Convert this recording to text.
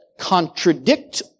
Contradict